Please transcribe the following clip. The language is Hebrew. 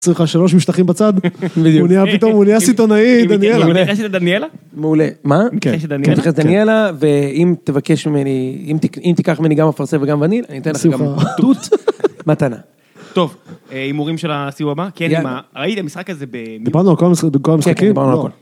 צריכה שלוש משטחים בצד, בדיוק, הוא נהיה פתאום, הוא נהיה סיטונאי, דניאלה. אם נכנסת לדניאלה? מעולה, מה? כן... אם נכנסת לדניאלה? אם נכנסת לדניאלה, ואם תבקש ממני, אם תיקח ממני גם אפרסק וגם וניל, אני אתן לך גם תות. מתנה. טוב, הימורים של הסיוע, מה? כן, מה? ראיתם משחק הזה במיוחד? דיברנו על כל המשחקים. דיברנו על הכל